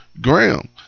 Graham